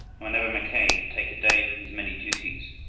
and whenever mackay could take a day from his many duties,